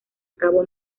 cabo